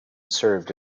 served